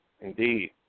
Indeed